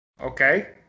Okay